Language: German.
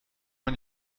man